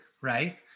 right